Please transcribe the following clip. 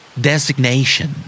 Designation